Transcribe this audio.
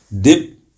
dip